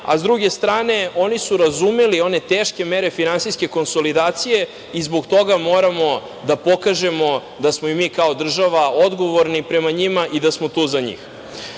a s druge strane oni su razumeli one teške mere finansijske konsolidacije i zbog toga moramo da pokažemo da smo i mi kao država odgovorni prema njima i da smo tu za